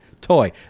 Toy